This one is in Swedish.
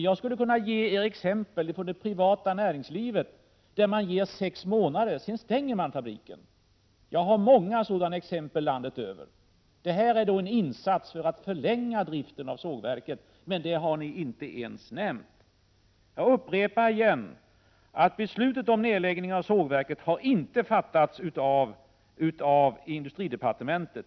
Jag skulle kunna ge er exempel från det privata näringslivet, där man ger sex månaders frist och sedan stänger fabriken. Jag har många sådana exempel från hela landet. Det som nu görs är en insats för att förlänga driften av sågverket. Men detta har ni inte ens nämnt. Jag upprepar: Beslutet om nedläggning av sågverket har inte fattats av industridepartementet.